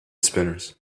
spinners